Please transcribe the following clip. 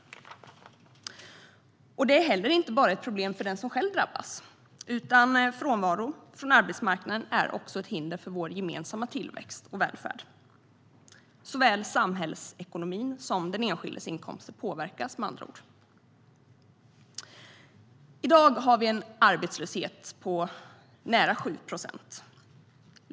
Det är heller inte bara ett problem för den som själv drabbas, utan frånvaro från arbetsmarknaden är också ett hinder för vår gemensamma tillväxt och välfärd. Såväl samhällsekonomin som den enskildes inkomst påverkas med andra ord. I dag har vi en arbetslöshet på nära 7 procent.